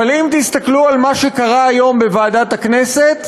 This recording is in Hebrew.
אבל אם תסתכלו על מה שקרה היום בוועדת הכנסת,